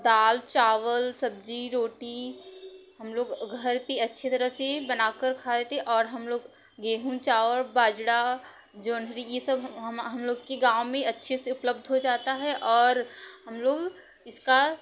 दाल चावल सब्जी रोटी हम लोग घर पे अच्छे तरह से बनाकर खाए ते और हम लोग गेहूँ चावल बाजरा जो ये सब हम लोग के गाँव में अच्छे से उपलब्ध हो जाता है और हम लोग इसका